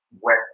wet